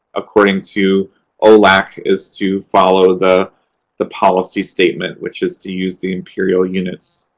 according to olac, is to follow the the policy statement, which is to use the imperial units.